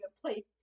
play